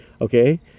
okay